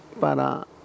para